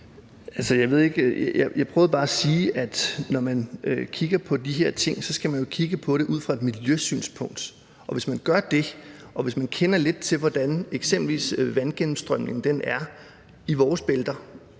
Jeg prøvede bare at sige, at når man kigger på de her ting, skal man jo kigge på det ud fra et miljøsynspunkt, og hvis man gør det, og hvis man kender lidt til, hvordan eksempelvis vandgennemstrømningen er i vores bælter